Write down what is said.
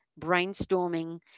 brainstorming